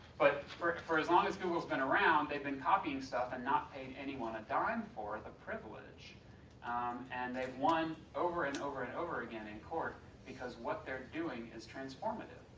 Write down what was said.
but for for as long as google has been around, they've been copying stuff and not paying anyone a dime for the privilege and they've won over and over and over again in court because what they're doing is transformative.